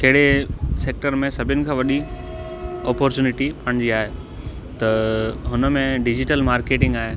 कहिड़े सेक्टर में सभिन खां वॾी ऑपोर्चुनिटी पंहिंजी आहे त हुन में डिजीटल मार्केटिंग आहे